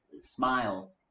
smile